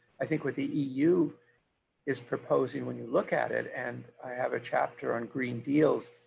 i think what the eu is proposing when you look at it, and i have a chapter on green deals,